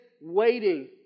waiting